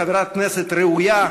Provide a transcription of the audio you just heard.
חברת כנסת ראויה,